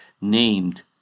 named